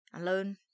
alone